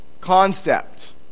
concept